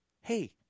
Hey